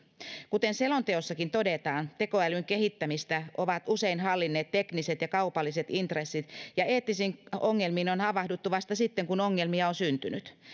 kuten selonteossakin todetaan tekoälyn kehittämistä ovat usein hallinneet tekniset ja kaupalliset intressit ja eettisiin ongelmiin on on havahduttu vasta sitten kun ongelmia on syntynyt